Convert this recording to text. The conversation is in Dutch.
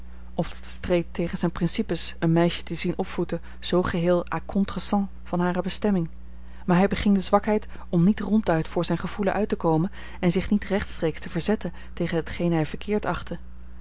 of dat het streed tegen zijn principes een meisje te zien opvoeden zoo geheel à contre sens van hare bestemming maar hij beging de zwakheid om niet ronduit voor zijn gevoelen uit te komen en zich niet rechtstreeks te verzetten tegen hetgeen hij verkeerd achtte